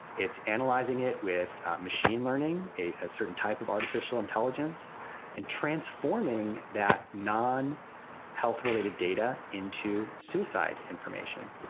it's analyzing it with machine learning, a ah certain type of artificial intelligence and transforming that non health related data into suicide information